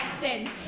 sin